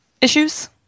issues